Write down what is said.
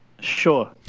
sure